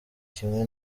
kimwe